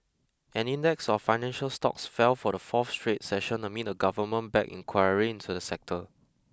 an index of financial stocks fell for the fourth straight session amid a government backed inquiry into the sector